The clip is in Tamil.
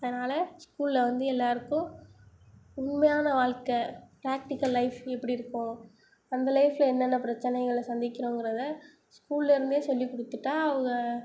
அதனால் ஸ்கூலில் வந்து எல்லோருக்கும் உண்மையான வாழ்க்கை ப்ராக்டிக்கல் லைஃப் எப்படி இருக்கும் அந்த லைஃப்பில் என்னென்ன பிரச்சினைகளை சந்திக்கிறோங்கிறதை ஸ்கூல்லிருந்தே சொல்லிக் கொடுத்துட்டா அவுங்க